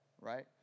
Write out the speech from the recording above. right